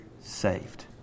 saved